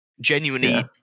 Genuinely